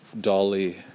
Dolly